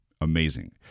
amazing